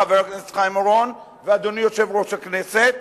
חבר הכנסת חיים אורון ואדוני יושב-ראש הכנסת,